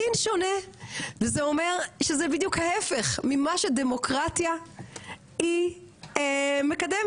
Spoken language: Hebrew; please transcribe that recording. דין שונה זה אומר שזה בדיוק ההיפך ממה שדמוקרטיה היא מקדמת.